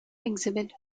exhibit